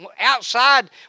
outside